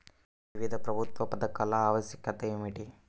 వివిధ ప్రభుత్వ పథకాల ఆవశ్యకత ఏమిటీ?